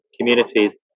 communities